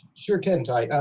sure can, tay